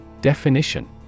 Definition